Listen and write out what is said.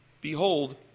Behold